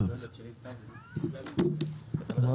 כולל נושא של יוקר מחיה וההתעסקות החשובה הזאת לאור מה